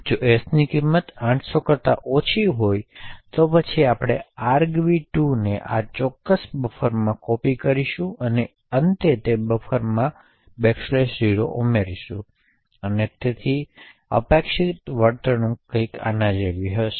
જો s ની કિમત 80 કરતાં ઓછી હોય તો પછી આપણે argv2ને આ ચોક્કસ બફર માં કોપી કરીશું અને અંતે તે બફર માં 0 ઉમેર્શુ અને તેથી અપેક્ષિત વર્તણૂક કંઈક આના જેવી હશે